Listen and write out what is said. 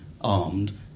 armed